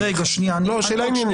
שאלה עניינית.